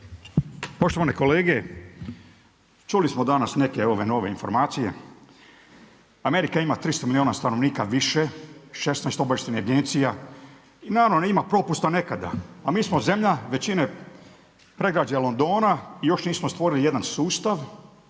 Poštovane kolege, čuli smo danas neke nove informacije. Amerika ima 300 milijuna stanovnika više, 16 obavještajnih agencija i naravno ima propusta nekada. A mi smo zemlja većine predgrađa Londona i još nismo stvorili jedan sustav,